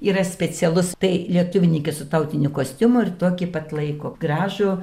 yra specialus tai lietuvininkai su tautiniu kostiumu ir tokį pat laiko gražų